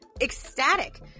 ecstatic